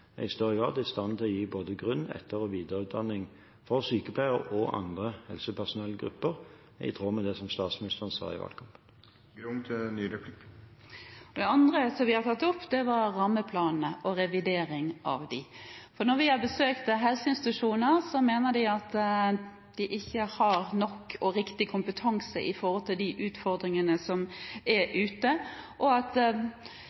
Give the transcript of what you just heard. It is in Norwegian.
kommunene i større grad er i stand til å gi både grunn-, etter- og videreutdanning for sykepleiere og andre helsepersonellgrupper, i tråd med det som statsministeren sa i valgkampen. Det andre som vi har tatt opp, er rammeplanene og revidering av dem. Når vi har besøkt helseinstitusjoner, sier de at de ikke har nok og riktig kompetanse med hensyn til de utfordringene som er